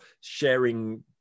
sharing